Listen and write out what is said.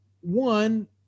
one